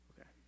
Okay